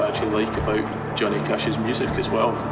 like about johnny cash's music as well.